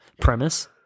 premise